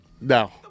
No